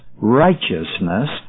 righteousness